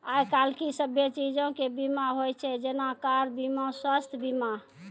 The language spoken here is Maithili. आइ काल्हि सभ्भे चीजो के बीमा होय छै जेना कार बीमा, स्वास्थ्य बीमा